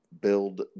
build